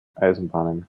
eisenbahnen